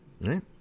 Right